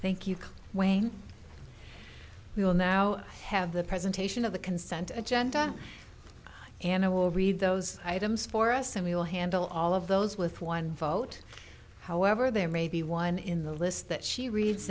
thank you wayne we will now have the presentation of the consent agenda and i will read those items for us and we will handle all of those with one vote however there may be one in the list that she reads